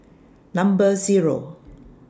Number Zero